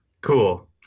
cool